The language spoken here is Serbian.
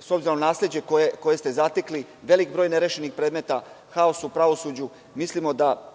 s obzirom na nasleđe koje ste zatekli, veliki broj nerešenih predmeta, haos u pravosuđu. Mislimo da